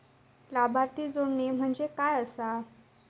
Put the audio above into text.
लाभार्थी जोडणे म्हणजे काय आसा?